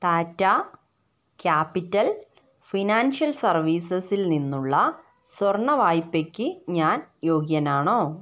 Tata capital financial സർവീസസിൽ നിന്നുള്ള സ്വർണ്ണ വായ്പയ്ക്ക് ഞാൻ യോഗ്യനാണോ